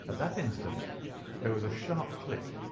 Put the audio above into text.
that instant there was a sharp click,